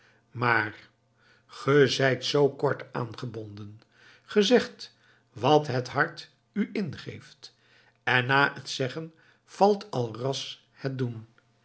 maar ge zijt zoo kort aangebonden ge zegt wat het hart u ingeeft en na het zeggen valt al te ras het doen